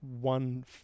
one